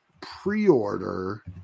pre-order